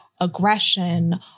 aggression